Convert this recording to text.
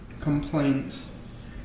complaints